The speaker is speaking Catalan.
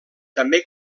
també